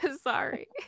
sorry